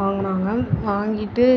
வாங்குனாங்க வாங்கிவிட்டு